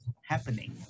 happening